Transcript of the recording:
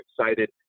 excited